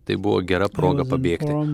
tai buvo gera proga pabėgti